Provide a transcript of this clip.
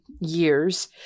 years